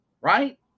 right